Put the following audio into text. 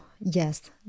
yes